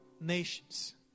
nations